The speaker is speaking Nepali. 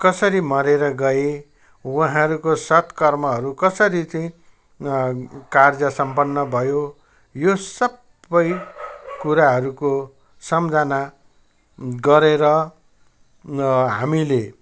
कसरी मरेर गए उहाँहरूको सत्कर्महरू कसरी चाहिँ कार्य सम्पन्न भयो यो सबै कुराहरूको सम्झना गरेर हामीले